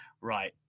right